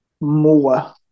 more